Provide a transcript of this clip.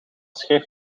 schreef